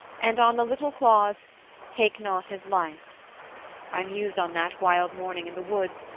and on the little clause take not his life i mused on that wild morning in the woods,